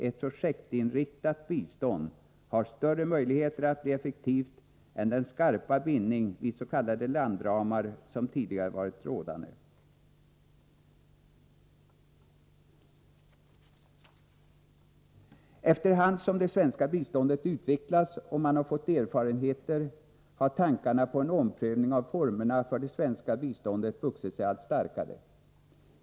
Ett projektinriktat bistånd har större möjligheter att bli effektivt än den skarpa bindning vid s.k. landramar som tidigare varit rådande. Efter hand som det svenska biståndet utvecklats och man fått erfarenheter har tankarna på en omprövning av formerna för det svenska biståndet vuxit sig allt starkare.